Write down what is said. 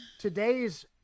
today's